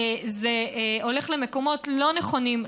זה הולך למקומות לא נכונים,